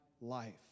life